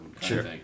Sure